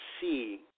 see